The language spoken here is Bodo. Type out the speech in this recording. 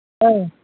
औ